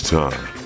time